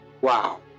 wow